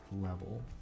level